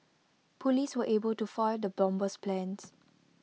Police were able to foil the bomber's plans